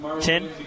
Ten